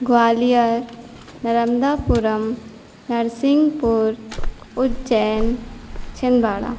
गवालियर निरंधापुरम नरसिंघपुर उज्जैन छिन्दवाड़ा